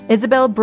Isabel